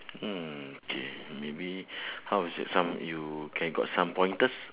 mm K maybe how is it some you can got some pointers